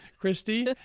Christy